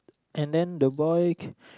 and then the boy c~